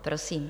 Prosím.